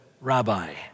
Rabbi